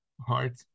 heart